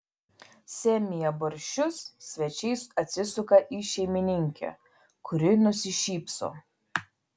semią barščius svečiai atsisuka į šeimininkę kuri nusišypso